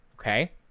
Okay